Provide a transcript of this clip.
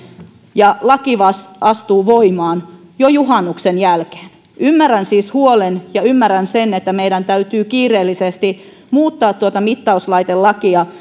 ja laki astuu voimaan jo juhannuksen jälkeen ymmärrän siis huolen ja ymmärrän sen että meidän täytyy kiireellisesti muuttaa tuota mittauslaitelakia